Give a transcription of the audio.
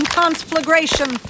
conflagration